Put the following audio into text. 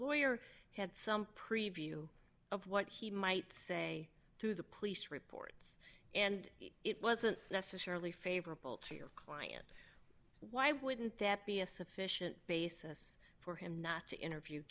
lawyer had some preview of what he might say to the police reports and it wasn't necessarily favorable to your client why wouldn't that be a sufficient basis for him not to interview